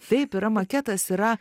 taip yra maketas yra